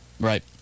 Right